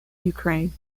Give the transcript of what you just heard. ukraine